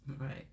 right